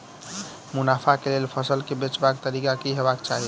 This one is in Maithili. मुनाफा केँ लेल फसल केँ बेचबाक तरीका की हेबाक चाहि?